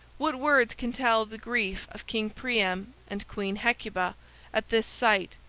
what words can tell the grief of king priam and queen hecuba at this sight!